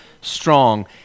strong